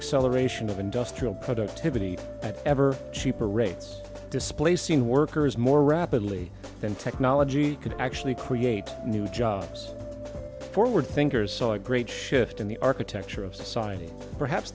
excel aeration of industrial productivity that ever cheaper rates displacing workers more rapidly than technology could actually create new jobs forward thinkers saw a great shift in the architecture of society perhaps